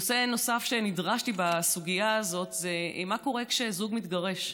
נושא נוסף שנדרשתי אליו בסוגיה הזאת זה מה קורה כשזוג מתגרש.